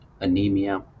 anemia